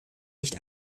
nicht